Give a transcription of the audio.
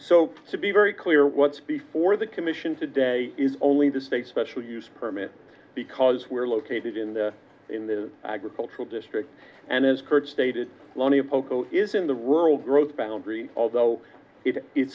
so to be very clear what's before the commission today is only the state special use permit because we're located in the in the agricultural district and as kurt stated lonia poco is in the rural growth boundary although it